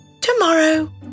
tomorrow